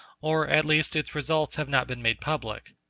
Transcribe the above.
or, at least, its results have not been made public.